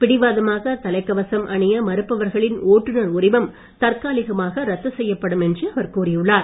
பிடிவாதமாக தலைக்கவசம் அணிய மறுப்பவர்களின் ஓட்டுநர் உரிமம் தற்காலிகமாக ரத்து செய்யப்படும் என்று அவர் கூறியுள்ளார்